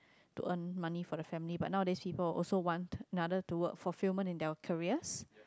to earn money for the family but nowadays people will also want another to work for fulfillment in their careers